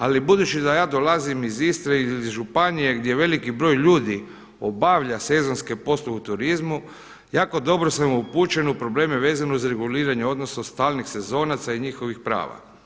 Ali budući da ja dolazim iz Istre ili iz županije gdje veliki broj ljudi obavlja sezonske poslove u turizmu, jako dobro sam upućen u probleme vezano uz reguliranje odnosa stalnih sezonaca i njihovih prava.